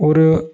होर